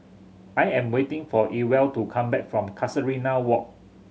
I am waiting for Ewald to come back from Casuarina Walk